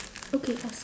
okay awesome